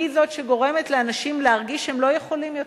שהיא שגורמת לאנשים להרגיש שהם לא יכולים יותר,